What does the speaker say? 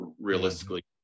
realistically